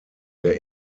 der